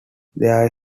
there